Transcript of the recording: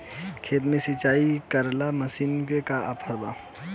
खेत के सिंचाई करेला मशीन के का ऑफर बा?